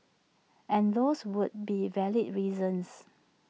and those would be valid reasons